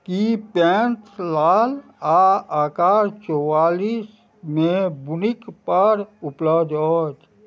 की paint लाल आओर आकार चौवालीसमे बुनिकपर उपलब्ध अछि